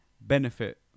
benefit